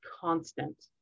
constant